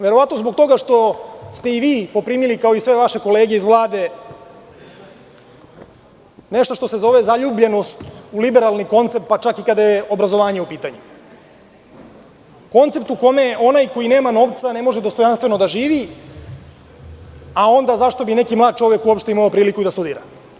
Verovatno zbog toga što ste i vi poprimili, kao i sve vaše kolege iz Vlade, nešto što se zove zaljubljenost u liberalni koncept, pa čak i kada je obrazovanje u pitanju, koncept u kome je onaj koji nema novca ne može dostojanstveno da živi, a onda zašto bi neki mlad čovek uopšte imao priliku da studira.